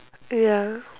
ya